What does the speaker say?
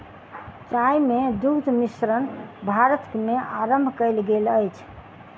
चाय मे दुग्ध मिश्रण भारत मे आरम्भ कयल गेल अछि